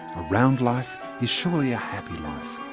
a round life is surely a happy life